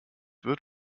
wird